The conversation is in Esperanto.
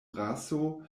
raso